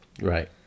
Right